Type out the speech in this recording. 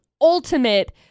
ultimate